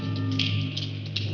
the